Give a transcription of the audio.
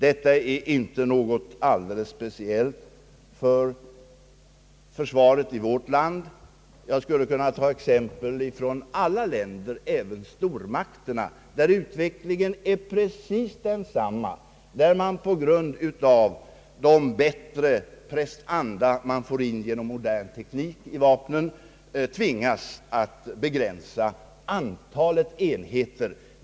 Detta är inte något alldeles speciellt för försvaret i vårt land. Jag skulle kunna anföra exempel från alla länder, även stormakterna, där utvecklingen är precis densamma, nämligen att man på grund av de bättre prestanda, som man genom modern teknik får in i vapnen, tvingas att begränsa antalet enheter.